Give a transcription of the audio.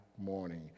morning